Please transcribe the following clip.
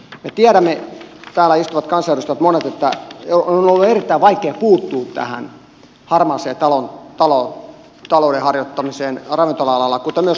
me monet täällä istuvat kansanedustajat tiedämme että on ollut erittäin vaikeaa puuttua tähän harmaan talouden harjoittamiseen ravintola alalla kuten myös rakennusalalla